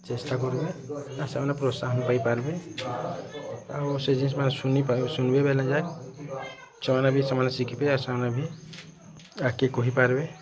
ଚେଷ୍ଟା କରମୁ ଆଉ ସେମାନେ ପ୍ରୋତ୍ସାହନ ପାଇପାରିବେ ଆଉ ସେ ଜିନିଷ ମାନେ ଶୁଣି ପାରି ଶୁନବେ ବେଲେ ଯା ଛୁଆ ମାନକେ ସେମାନେ ଶିଖିବେ ଆଗକେ କହି ପାରିବେ